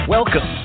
Welcome